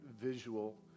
visual